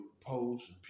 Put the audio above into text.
posts